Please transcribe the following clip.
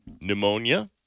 pneumonia